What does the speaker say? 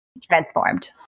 transformed